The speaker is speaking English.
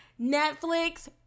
Netflix